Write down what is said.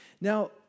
Now